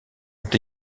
ont